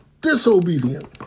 disobedient